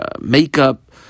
makeup